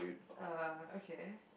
uh okay